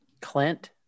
Clint